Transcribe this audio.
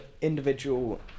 individual